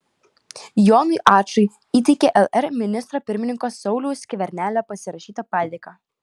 jonui ačui įteikė lr ministro pirmininko sauliaus skvernelio pasirašytą padėką